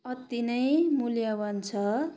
अति नै मुल्यवान छ